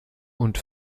und